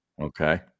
Okay